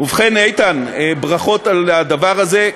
ובכן, איתן, ברכות על הדבר הזה.